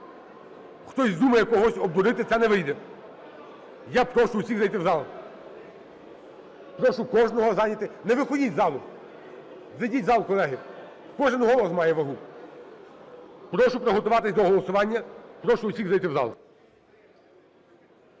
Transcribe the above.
Хтось здумає когось обдурити, це не вийде. Я прошу всіх зайти в зал. Прошу кожного зайняти... Не виходьте з залу, зайдіть в зал, колеги. Кожен голос має вагу. Прошу приготуватись до голосування. Прошу всіх зайти в зал.